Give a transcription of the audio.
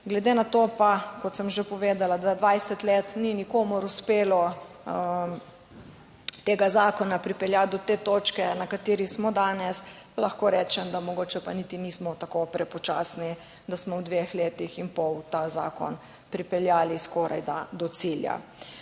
Glede na to pa, kot sem že povedala, da 20 let ni nikomur uspelo tega zakona pripeljati do te točke, na kateri smo danes, lahko rečem, da mogoče pa niti nismo tako prepočasni, da smo v dveh letih in pol ta zakon pripeljali skorajda do cilja.